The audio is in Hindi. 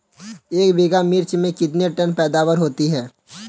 एक बीघा मिर्च में कितने टन पैदावार होती है?